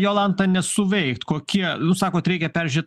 jolanta nesuveikt kokie jūs sakot reikia peržiūrėt